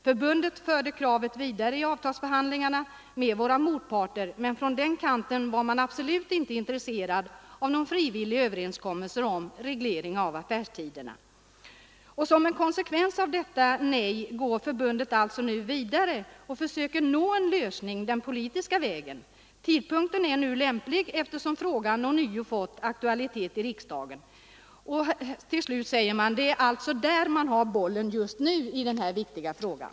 Förbundet förde kravet vidare i avtalsförhandlingarna med våra motparter. Men från den kanten var man absolut inte intresserad av någon frivillig överenskommelse om reglering av affärstiderna. ——— Som en konsekvens av detta nej går förbundet alltså nu vidare och försöker nå en lösning den ”politiska vägen”. Tidpunkten är också nu lämplig eftersom frågan ånyo fått aktualitet i riksdagen. Det är alltså där man har bollen just nu i den här viktiga frågan!